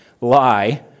lie